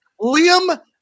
liam